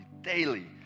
daily